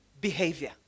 behavior